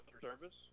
Service